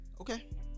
Okay